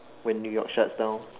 when New York shuts down